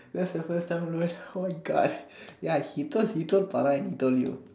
that's your first time holding hands oh my God ya he told he told Farah and he told you